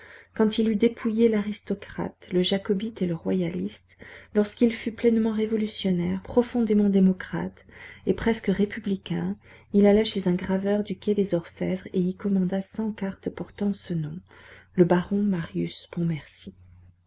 quand il eut dépouillé l'aristocrate le jacobite et le royaliste lorsqu'il fut pleinement révolutionnaire profondément démocrate et presque républicain il alla chez un graveur du quai des orfèvres et y commanda cent cartes portant ce nom le baron marius